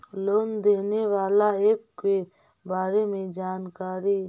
Loan देने बाला app के बारे मे जानकारी?